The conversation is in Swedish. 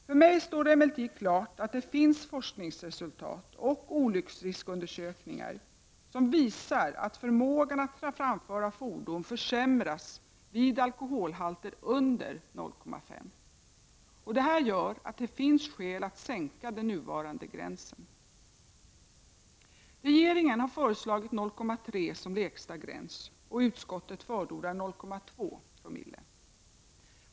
För mig står det emellertid klart att det finns forskningsresultat och olycksriskundersökningar, som visar att förmågan att framföra fordon försämras vid alkoholhalter under 0,5 Zo. Detta gör att det finns skäl att sänka den nuvarande gränsen. Regeringen har föreslagit 0,3 som lägsta gräns, och utskottet förordar 0,20.